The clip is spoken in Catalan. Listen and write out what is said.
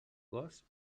gos